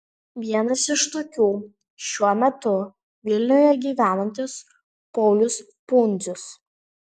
vienas iš tokių šiuo metu vilniuje gyvenantis paulius pundzius